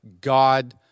God